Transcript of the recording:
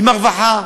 עם הרווחה,